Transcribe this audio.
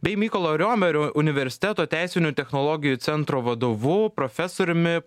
bei mykolo romerio universiteto teisinių technologijų centro vadovu profesoriumi